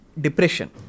depression